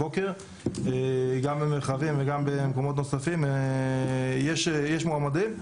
גם במרחבים וגם במקומות נוספים יש מועמדים.